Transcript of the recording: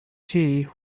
tea